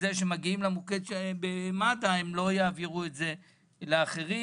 שמגיעות למוקד מד"א לאחרים.